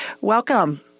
Welcome